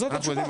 זאת התשובה.